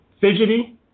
fidgety